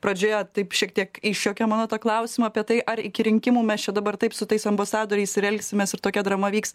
pradžioje taip šiek tiek išjuokė mano tą klausimą apie tai ar iki rinkimų mes čia dabar taip su tais ambasadoriais ir elgsimės ir tokia drama vyks